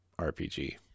RPG